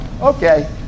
Okay